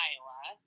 Iowa